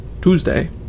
Tuesday